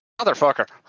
Motherfucker